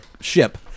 ship